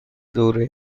دوره